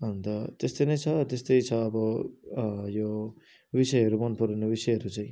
अन्त त्यस्तै नै छ त्यस्तै छ अब यो विषयहरू मन पराउने विषयहरू चाहिँ